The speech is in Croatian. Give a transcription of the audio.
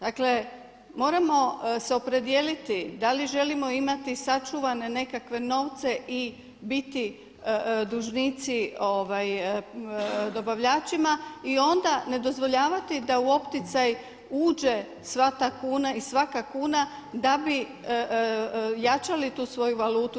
Dakle moramo se opredijeliti da li želimo imati sačuvane nekakve novce i biti dužnici dobavljačima i onda ne dozvoljavati da u opticaj uđe sva ta kuna i svaka kuna da bi jačali tu svoju valutu.